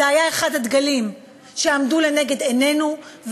זה היה אחד הדגלים שעמדו לנגד עינינו,